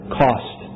cost